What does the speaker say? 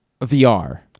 VR